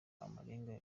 amarenga